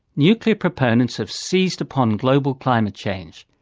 nuclear proponents have seized upon global climate change.